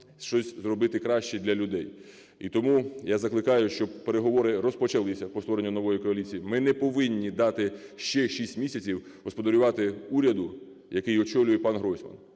щось зробити краще для людей. І тому я закликаю, щоб переговори розпочалися по створенню нової коаліції. Ми не повинні дати ще шість місяців господарювати уряду, який очолює пан Гройсман,